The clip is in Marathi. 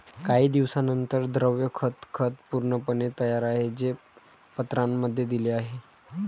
काही दिवसांनंतर, द्रव खत खत पूर्णपणे तयार आहे, जे पत्रांमध्ये दिले आहे